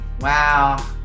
Wow